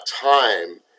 time